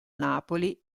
napoli